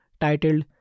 titled